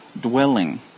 dwelling